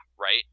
right